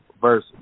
verse